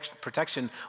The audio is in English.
protection